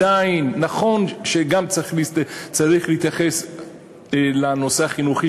נכון שגם צריך להתייחס לנושא החינוכי,